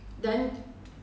mm